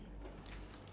five